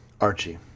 Archie